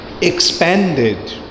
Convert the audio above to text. expanded